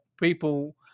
people